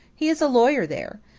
he is a lawyer there.